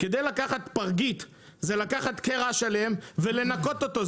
כדי לקחת פרגית צריך לקחת קרע שלם ולנקות אותו.